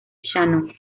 shannon